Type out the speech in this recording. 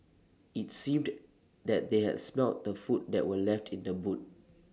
IT seemed that they had smelt the food that were left in the boot